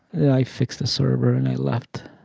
and i fixed the server, and i left.